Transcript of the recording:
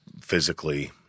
physically